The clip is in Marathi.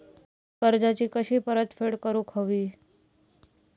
कर्जाची कशी परतफेड करूक हवी?